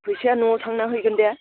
फैसाया न'आव थांना हैगोन दे